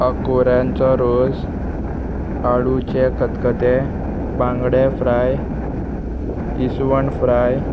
अकोऱ्यांचो रोस आळूचें खतखतें बांगडे फ्राय इस्वण फ्राय